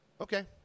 okay